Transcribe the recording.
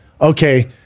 Okay